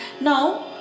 Now